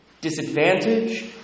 disadvantage